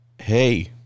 hey